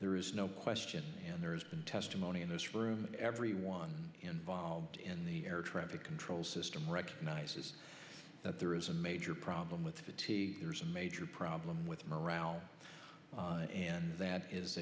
there is no question and there has been testimony in this room and everyone involved in the air traffic control system recognizes that there is a major problem with city there's a major problem with morale and that i